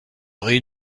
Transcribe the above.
ris